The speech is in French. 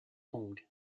kong